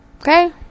Okay